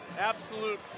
absolute